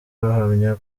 bahamya